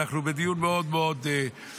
אנחנו בדיון מאוד מאוד פשוט,